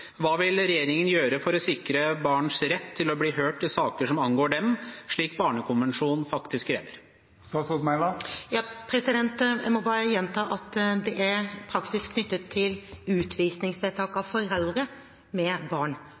Hva vil regjeringen gjøre for å sikre barns rett til å bli hørt i saker som angår dem, slik Barnekonvensjonen faktisk krever? Jeg må bare gjenta at det er praksis knyttet til utvisningsvedtak av foreldre med barn som skal gjennomgås. Det er kanskje her misforståelsen oppstår. Det er ikke for barn